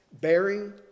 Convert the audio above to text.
bearing